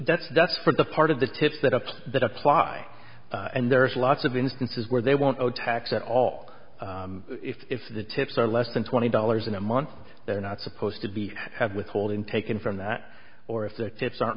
that's that's for the part of the tips that ups that apply and there's lots of instances where they want no tax at all if the tips are less than twenty dollars in a month they're not supposed to be have withholding taken from that or if their tips aren't